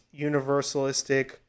universalistic